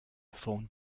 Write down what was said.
performed